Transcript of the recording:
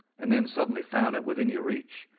and then suddenly found it within your reach,